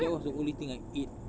that was the only thing I ate